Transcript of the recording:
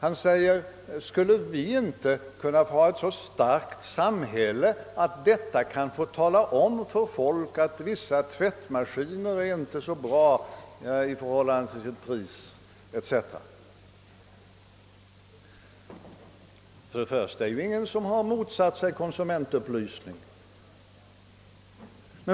Han frågade om vi inte skulle kunna få ha ett så starkt samhälle att detta kan få tala om för folk att vissa tvättmaskiner inte är så bra i relation till sitt pris etc. För det första har ingen motsatt sig konsumentupplysning.